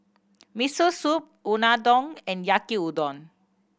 Miso Soup Unadon and Yaki Udon